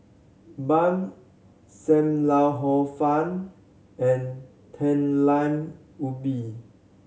Bun Sam Lau Hor Fun and Talam Ubi